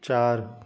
চার